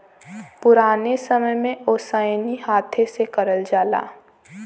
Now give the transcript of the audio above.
पुराने समय में ओसैनी हाथे से करल जाला